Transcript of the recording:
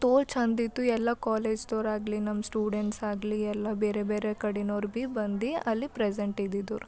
ತೋಲ ಚೆಂದ ಇತ್ತು ಎಲ್ಲಾ ಕಾಲೇಜ್ದವರಾಗಲಿ ನಮ್ಮ ಸ್ಟೂಡೆಂಟ್ಸ್ ಆಗಲಿ ಎಲ್ಲ ಬೇರೆ ಬೇರೆ ಕಡೆಯವರು ಭೀ ಬಂದು ಅಲ್ಲಿ ಪ್ರೆಸೆಂಟ್ ಇದ್ದಿದ್ರು